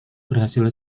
berhasil